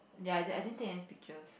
ya I didn't I didn't take any pictures